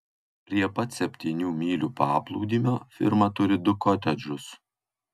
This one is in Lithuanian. prie pat septynių mylių paplūdimio firma turi du kotedžus